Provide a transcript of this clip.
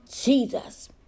Jesus